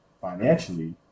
financially